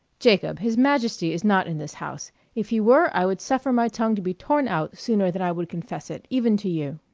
jacob, his majesty is not in this house if he were, i would suffer my tongue to be torn out sooner than i would confess it, even to you.